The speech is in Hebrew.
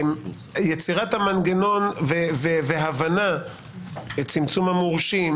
יצירת המנגנון והבנה את צמצום המורשים,